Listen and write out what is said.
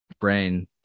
brain